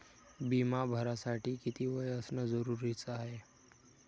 बिमा भरासाठी किती वय असनं जरुरीच हाय?